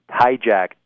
hijacked